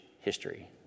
history